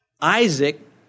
Isaac